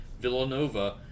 Villanova